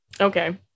Okay